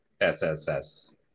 sss